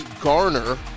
Garner